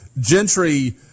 Gentry